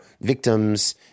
victims